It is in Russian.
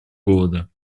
голода